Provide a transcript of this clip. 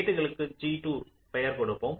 கேட்களுக்கு G2 பெயர் கொடுப்போம்